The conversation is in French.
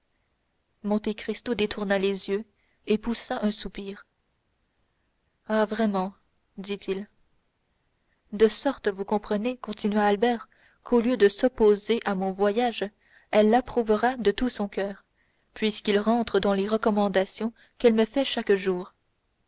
monte cristo détourna les yeux et poussa un soupir ah vraiment dit-il de sorte vous comprenez continua albert qu'au lieu de s'opposer à mon voyage elle l'approuvera de tout son coeur puisqu'il rentre dans les recommandations qu'elle me fait chaque jour